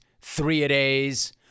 three-a-days